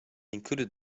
included